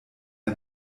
der